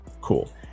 cool